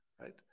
Right